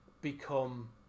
become